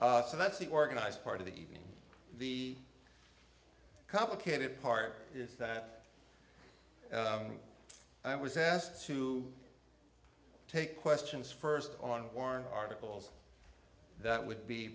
so that's the organized part of the evening the complicated part is that i was asked to take questions first on worn articles that would be